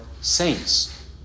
saints